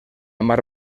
mar